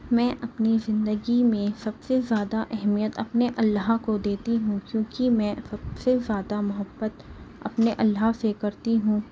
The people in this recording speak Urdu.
میں اپنی زندگی میں سب سے زیادہ اہمیت اپنے اللہ کو دیتی ہوں کیونکہ میں سب سے زیادہ محبت اپنے اللہ سے کرتی ہوں